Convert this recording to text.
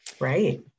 Right